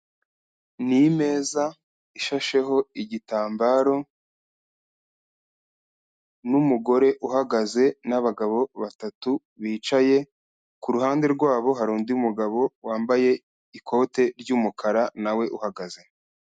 Ni imeza ishasheho igitambaro, n'umugore uhagaze, n'abagabo batatu bicaye, ku ruhande rwabo hari undi mugabo wambaye ikote ry'umukara nawe uhagaze.